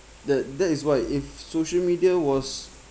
the that is why if social media was